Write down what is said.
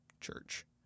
church